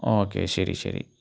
okay ശരി ശരി